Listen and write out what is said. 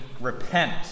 repent